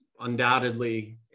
undoubtedly